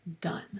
done